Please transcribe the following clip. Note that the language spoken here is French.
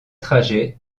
trajets